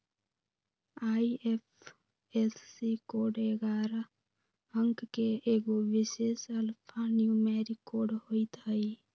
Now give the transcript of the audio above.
IFSC code ऐगारह अंक के एगो विशेष अल्फान्यूमैरिक कोड होइत हइ